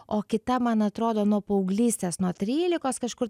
o kita man atrodo nuo paauglystės nuo trylikos kažkur